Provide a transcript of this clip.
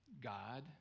God